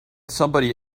somebody